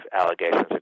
allegations